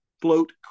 float